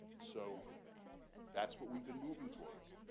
so that's what we've been moving towards.